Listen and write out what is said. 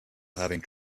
having